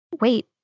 Wait